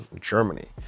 Germany